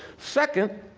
second,